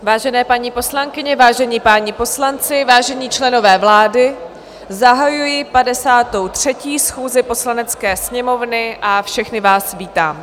Vážené paní poslankyně, vážení páni poslanci, vážení členové vlády, zahajuji 53. schůzi Poslanecké sněmovny a všechny vás vítám.